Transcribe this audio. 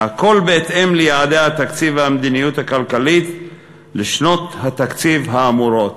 והכול בהתאם ליעדי התקציב והמדיניות הכלכלית לשנות התקציב האמורות".